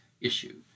issue